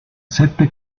sette